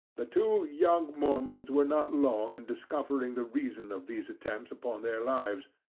the two young mormons were not long in discovering the reason of these attempts upon their lives,